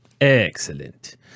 Excellent